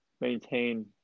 maintain